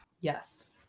yes